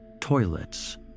Toilets